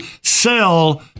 sell